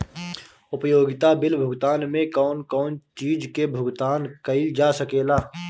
उपयोगिता बिल भुगतान में कौन कौन चीज के भुगतान कइल जा सके ला?